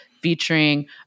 featuring